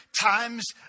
times